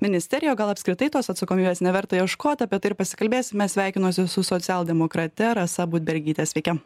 ministeriją o gal apskritai tos atsakomybės neverta ieškot apie tai ir pasikalbėsime sveikinuosi su socialdemokrate rasa budbergyte sveiki